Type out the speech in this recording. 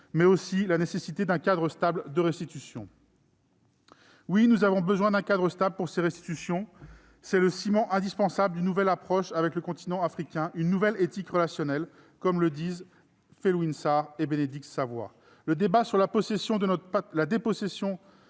et la nécessité d'un cadre stable de restitution. Oui, nous avons besoin d'un cadre stable pour ces restitutions. C'est le ciment indispensable d'une nouvelle approche avec le continent africain, une « nouvelle éthique relationnelle », comme le disent Felwine Sarr et Bénédicte Savoy. Le débat sur la dépossession